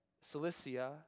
Cilicia